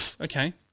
Okay